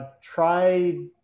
try